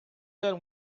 them